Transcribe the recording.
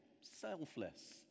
selfless